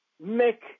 make